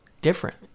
different